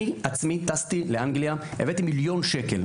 אני עצמי טסתי לאנגליה והבאתי מיליון שקלים.